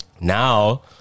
now